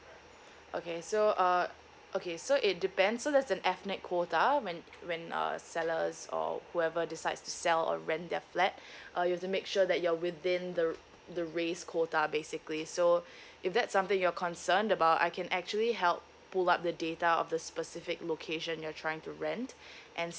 okay so uh okay so it depends so there's an ethnic quota when when uh sellers or whoever decides to sell or rent their flat uh you have to make sure that you're within the the race quota basically so if that's something you're concerned about I can actually help pull up the data of the specific location you're trying to rent and